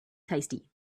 tasty